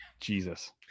Jesus